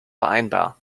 vereinbar